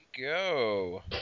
go